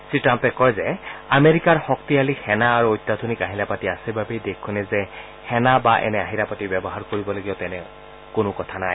শ্ৰীট্টাম্পে কয় যে আমেৰিকাৰ শক্তিশালী সেনা আৰু অত্যাধুনিক আহিলাপাতি আছে বাবেই দেশখনে যে সেনা বা এনে আহিলা পাতি ব্যৱহাৰ কৰিব লাগিব তেনে কোনো কথা নাই